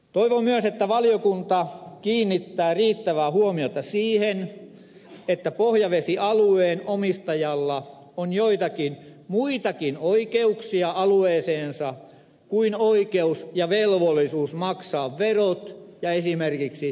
toivon myös että valiokunta kiinnittää riittävää huomiota siihen että pohjavesialueen omistajalla on joitakin muitakin oikeuksia alueeseensa kuin oikeus ja velvollisuus maksaa verot ja esimerkiksi metsänhoitomaksut